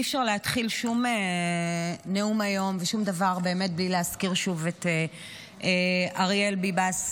אי אפשר להתחיל שום נאום היום ושום דבר בלי להזכיר שוב את אריאל ביבס,